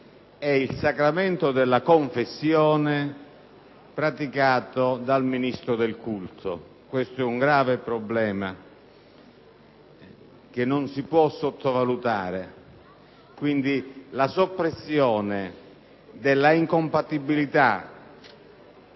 e il sacramento della confessione praticato dal ministro del culto. Si tratta di un grave problema, che non si può sottovalutare. Ripeto, la soppressione dell'incompatibilità